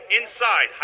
inside